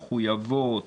מחויבות,